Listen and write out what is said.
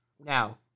Now